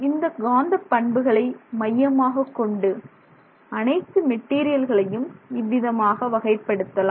இந்த காந்த பண்புகளை மையமாகக்கொண்டு அனைத்து மெட்டீரியல்களையும் இவ்விதமாக வகைப்படுத்தலாம்